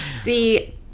See